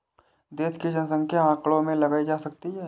देश की जनसंख्या आंकड़ों से लगाई जा सकती है